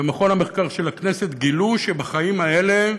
במכון המחקר של הכנסת גילו שבחיים האלה,